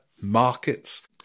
markets